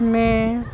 में